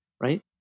right